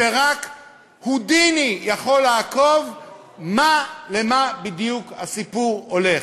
רק הודיני יכול לעקוב למה בדיוק הסיפור הולך.